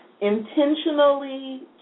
intentionally